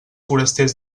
forasters